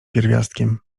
pierwiastkiem